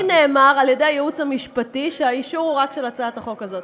לי נאמר על-ידי הייעוץ המשפטי שהאישור הוא רק של הצעת החוק הזאת.